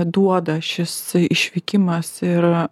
duoda šis išvykimas ir